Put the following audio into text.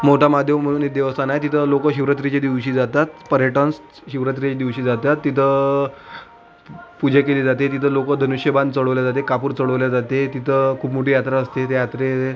मोहटा महादेव म्हणून एक देवस्थान आहे तिथं लोक शिवरात्रीच्या दिवशी जातात पर्यटन्स शिवरात्रीच्या दिवशी जातात तिथं प् पूजा केली जाते तिथे लोक धनुष्यबाण चढवला जाते कापूर चढवला जाते तिथे खूप मोठी यात्रा असते त्या यात्रेरे